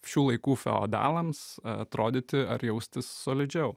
šių laikų feodalams atrodyti ar jaustis solidžiau